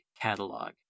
catalog